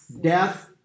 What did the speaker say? death